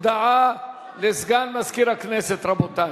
הודעה לסגן מזכירת הכנסת, רבותי.